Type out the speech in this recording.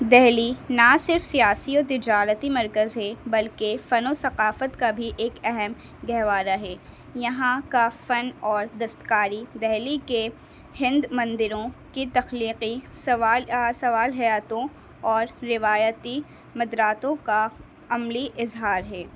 دلی نہ صرف سیاسی اور تجارتی مرکز ہے بلکہ فن و ثقافت کا بھی ایک اہم گہوارہ ہے یہاں کا فن اور دستکاری دلی کے ہند مندروں کی تخلیقی سوال سوال ہیئتوں اور روایتی مدااتوں کا عملی اظہار ہے